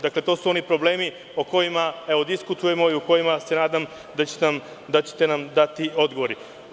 Dakle to su oni problemi o kojima diskutujemo i u kojima se nadam da ćete nam dati odgovor.